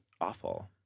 awful